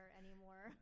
anymore